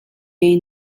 این